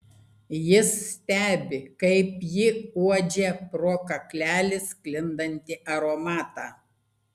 jis stebi kaip ji uodžia pro kaklelį sklindantį aromatą